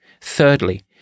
Thirdly